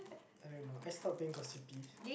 I don't know I start being gossipy